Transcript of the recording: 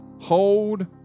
Hold